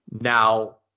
Now